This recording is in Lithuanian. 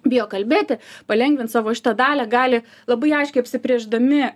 bijo kalbėti palengvint savo šitą dalią gali labai aiškiai apsibrėždami